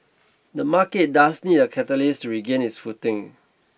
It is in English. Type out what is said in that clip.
the market does need a catalyst to regain its footing